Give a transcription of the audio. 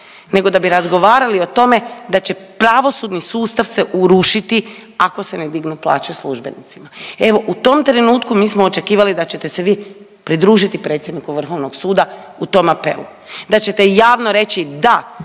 nego da bi razgovarali o tome da će pravosudni sustav se urušiti ako se ne dignu plaće službenicima. Evo u tom trenutku mi smo očekivati da ćete se vi pridružiti predsjedniku Vrhovnog suda u tom apelu, da ćete javno reći da